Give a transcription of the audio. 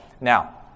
Now